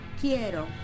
quiero